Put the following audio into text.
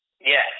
Yes